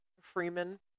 Freeman